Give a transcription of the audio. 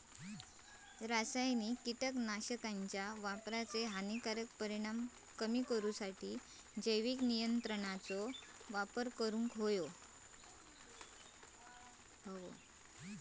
रासायनिक कीटकनाशकांच्या वापराचे हानिकारक परिणाम कमी करूसाठी जैविक नियंत्रणांचो वापर करूंक हवो